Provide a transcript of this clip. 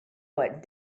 what